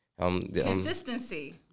Consistency